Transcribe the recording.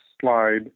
slide